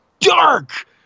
dark